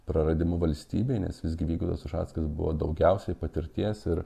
praradimu valstybei nes visgi vygaudas ušackas buvo daugiausiai patirties ir